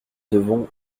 devons